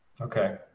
Okay